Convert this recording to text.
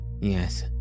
Yes